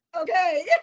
okay